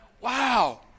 Wow